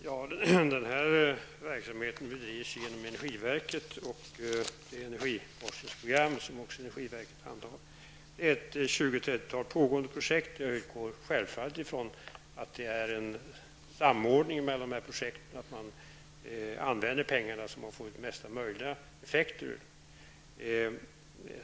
Herr talman! Den här verksamheten bedrivs av energiverket enligt de energiforskningsprogram som energiverket har hand om. Det pågår ett tjugoeller trettiotal projekt. Jag utgår självfallet från att det är en samordning mellan dessa olika projekt, att man använder pengarna så att man får den bästa möjliga effekten.